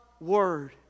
word